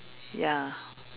ya